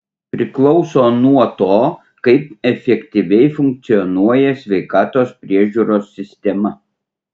priklauso nuo to kaip efektyviai funkcionuoja sveikatos priežiūros sistema